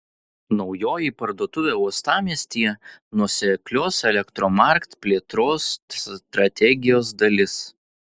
naujoji parduotuvė uostamiestyje nuoseklios elektromarkt plėtros strategijos dalis